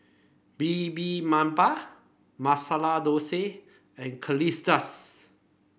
Bibimbap Masala Dosa and Quesadillas